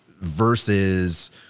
versus